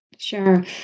Sure